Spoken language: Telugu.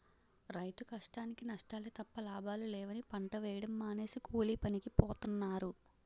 రైతు కష్టానికీ నష్టాలే తప్ప లాభాలు లేవని పంట వేయడం మానేసి కూలీపనికి పోతన్నారు